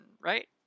right